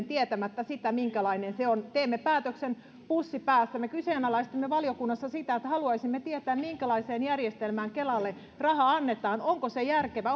tietämättä sitä minkälainen se on teemme päätöksen pussi päässä me kyseenalaistimme valiokunnassa sen että haluaisimme tietää minkälaiseen järjestelmään kelalle raha annetaan onko se järkevä